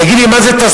תגיד לי, מה זה תסקיר?